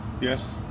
Yes